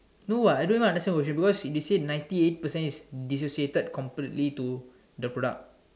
no what I don't even understand what she say because she they say ninety eight percent is dissociated completely to the product